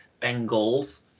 Bengals